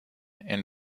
and